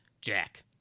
Jack